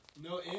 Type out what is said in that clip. No